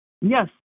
Yes